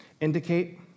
indicate